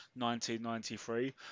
1993